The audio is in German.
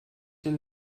den